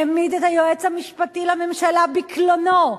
העמיד את היועץ המשפטי לממשלה בקלונו,